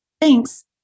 Thanks